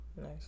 Nice